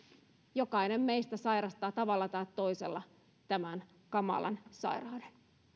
jokainen meistä sairastaa tavalla tai toisella tämän kamalan sairauden